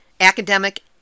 academic